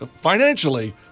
financially